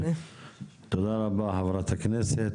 תודה רבה, חברת הכנסת.